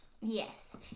Yes